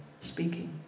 speaking